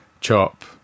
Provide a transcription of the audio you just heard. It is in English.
chop